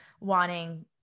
wanting